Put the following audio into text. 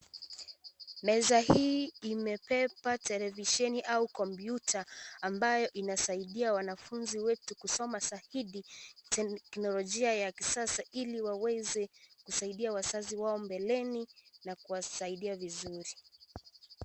Meza hii imebeba televisheni au kompyuta ambayo inasaidia wanafunzi wetu kusoma zaidi teknolojia ya kisasa ili waweze kusaidia wazazi wao mbeleni na kuwasaidia vizuri.